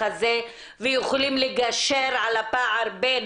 ויכולים לגשר על הפער בין